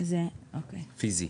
פיזי.